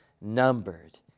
numbered